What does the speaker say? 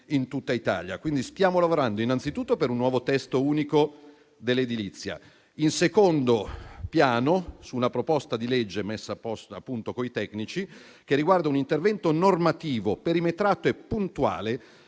in tutta Italia. Stiamo, quindi, lavorando in primo luogo per un nuovo testo unico dell'edilizia; in secondo luogo su una proposta di legge messa a punto con i tecnici, che riguarda un intervento normativo perimetrato e puntuale